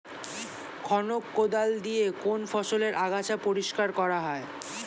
খনক কোদাল দিয়ে কোন ফসলের আগাছা পরিষ্কার করা হয়?